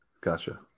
Gotcha